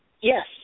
Yes